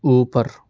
اوپر